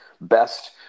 best